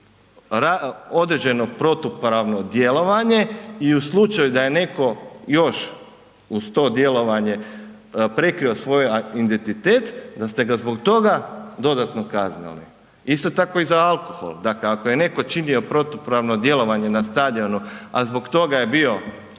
određenu protupravno djelovanje i u slučaju da je netko još uz to djelovanje prekrio svoj identitet da ste ga zbog toga dodatno kaznili. Isto tako i za alkohol, dakle ako je netko činio protupravno djelovanje na stadionu, a zbog toga je bio